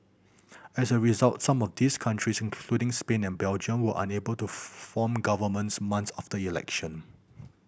as a result some of these countries including Spain and Belgium were unable to form governments months after election